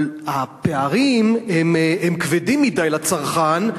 אבל הפערים הם כבדים מדי לצרכן,